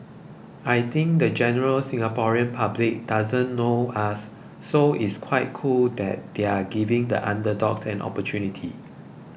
I think the general Singaporean public doesn't know us so it's quite cool that they're giving the underdogs an opportunity